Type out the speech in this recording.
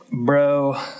Bro